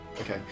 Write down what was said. Okay